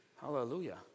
Hallelujah